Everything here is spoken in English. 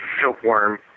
Silkworm